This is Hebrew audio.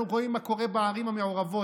אנחנו רואים מה קורה בערים המעורבות.